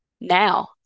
now